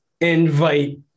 invite